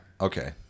Okay